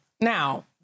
Now